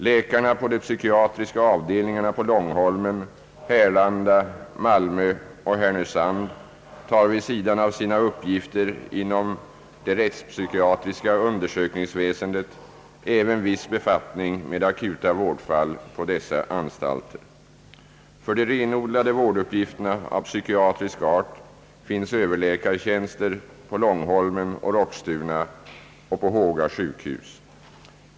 Läkarna på de psykiatriska avdelningarna på Långholmen, Härlanda, Malmö och Härnösand tar vid sidan av sina uppgifter inom det rättspsykiatriska undersökningsväsendet även viss befattning med akuta vårdfall på dessa anstalter. För de renodlade vårduppgifterna av psykiatrisk art finns överläkartjänster på Långholmen och Roxtuna samt på Håga sjukhus.